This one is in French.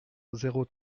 zéro